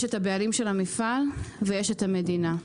יש את הבעלים של המפעל ויש את המדינה.